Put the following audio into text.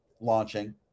launching